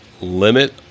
limit